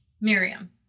Miriam